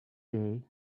day